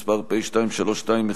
מס' פ/2321,